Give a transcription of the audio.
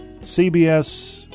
CBS